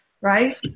right